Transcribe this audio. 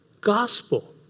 gospel